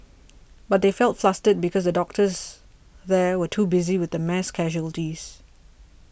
but they felt flustered because the doctors there were too busy with the mass casualties